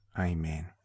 Amen